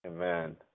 amen